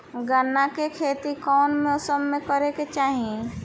गन्ना के खेती कौना मौसम में करेके चाही?